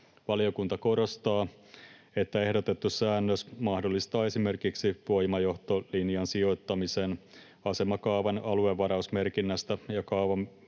Valiokunta korostaa, että ehdotettu säännös mahdollistaa esimerkiksi voimajohtolinjan sijoittamisen asemakaavan aluevarausmerkinnästä ja kaavan